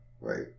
Right